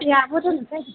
दे आब' दोन्नोसै